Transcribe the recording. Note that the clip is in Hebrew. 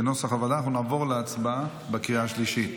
אנחנו נעבור להצבעה בקריאה השלישית.